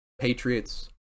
patriots